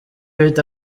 bita